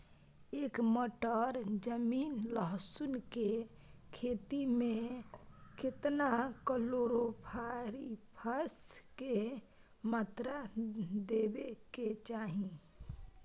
एक एकर जमीन लहसुन के खेती मे केतना कलोरोपाईरिफास के मात्रा देबै के चाही?